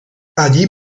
allí